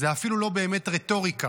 זו אפילו לא באמת רטוריקה.